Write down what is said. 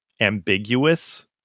ambiguous